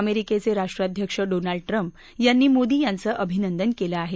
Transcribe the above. अमेरिकेचे राष्ट्राध्यक्ष Donald Trump यांनी मोदी यांचं अभिनंदन केलं आहे